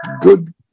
good